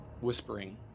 whispering